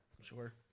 Sure